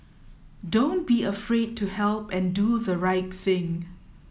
don't be afraid to help and do the right thing